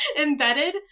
embedded